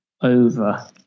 over